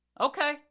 Okay